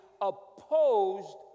opposed